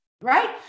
right